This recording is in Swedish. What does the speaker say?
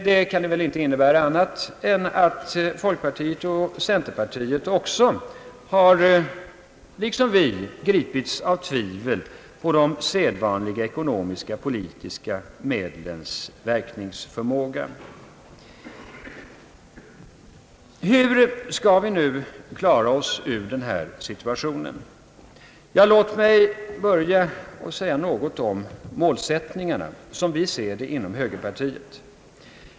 Det kan väl inte innebära annat än att folkpartiet och centerpartiet liksom vi har gripits av tvivel på de sedvanliga ekonomisk-politiska medlens verkningsförmåga. Hur skall vi nu klara oss ut ur denna situation? Låt mig börja med att säga något om målsättningarna som vi ser det inom högerpartiet.